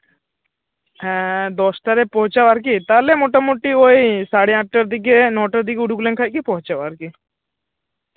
ᱦᱮᱸ ᱫᱚᱥᱴᱟ ᱨᱮ ᱯᱳᱣᱪᱷᱟᱣ ᱟᱨᱠᱤ ᱛᱟᱦᱞᱮ ᱢᱳᱴᱟᱢᱩᱴᱤ ᱳᱭ ᱥᱟᱲᱮ ᱟᱴᱴᱟ ᱫᱤᱠᱮ ᱱᱚᱴᱟ ᱫᱤᱠᱮ ᱩᱰᱩᱠ ᱞᱮᱱᱠᱷᱟᱱ ᱜᱮ ᱯᱳᱣᱪᱷᱟᱣᱟ ᱟᱨᱠᱤ